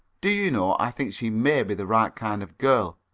do you know, i think she may be the right kind of girl.